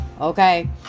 okay